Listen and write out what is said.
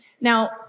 Now